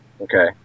okay